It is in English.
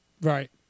right